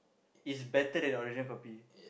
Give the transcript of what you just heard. is better than the original copy